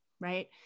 right